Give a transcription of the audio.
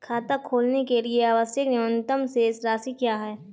खाता खोलने के लिए आवश्यक न्यूनतम शेष राशि क्या है?